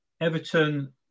Everton